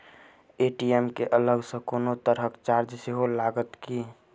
ATM केँ अलग सँ कोनो तरहक चार्ज सेहो लागत की?